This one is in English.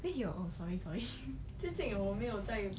then he will oh sorry sorry